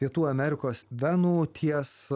pietų amerikos venų ties